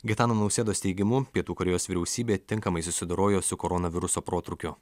gitano nausėdos teigimu pietų korėjos vyriausybė tinkamai susidorojo su koronaviruso protrūkiu